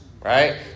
Right